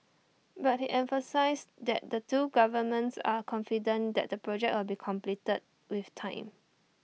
but he emphasised that the two governments are confident that the project will be completed with time